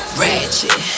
ratchet